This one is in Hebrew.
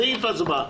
סעיף, הצבעה.